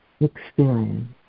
Experience